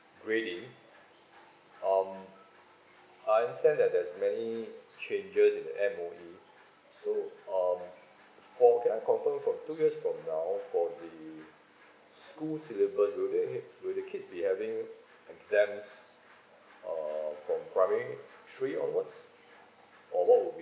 grading um I understand that there's many changes in the M_O_E so um for can I countdown from two years from now for the school syllabus do they do the kids be having exams uh from primary three onwards or what would be